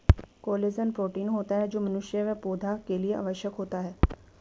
collagen protein होता है जो मनुष्य व पौधा के लिए आवश्यक होता है